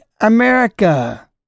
America